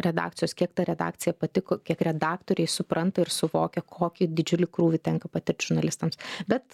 redakcijos kiek ta redakcija pati kiek redaktoriai supranta ir suvokia kokį didžiulį krūvį tenka patirt žurnalistams bet